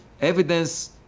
evidence